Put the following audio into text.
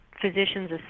physician's